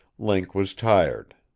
link was tired.